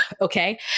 Okay